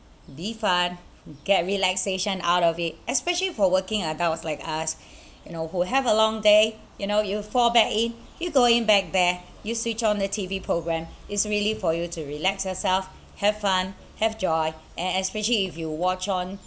be fun get relaxation out of it especially for working adults like us you know who have a long day you know you fall back in you go in back there you switch on the T_V programme it's really for you to relax herself have fun have joy and especially if you watch on